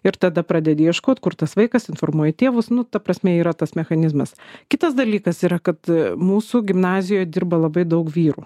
ir tada pradedi ieškot kur tas vaikas informuoji tėvus nu ta prasme yra tas mechanizmas kitas dalykas yra kad mūsų gimnazijoj dirba labai daug vyrų